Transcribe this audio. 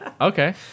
Okay